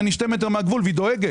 שני מטר מהגבול והיא דואגת.